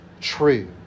true